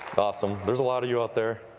awesome. there's a lot of you out there.